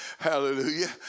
Hallelujah